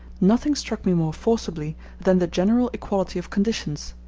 nothing struck me more forcibly than the general equality of conditions.